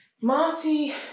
Marty